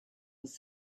was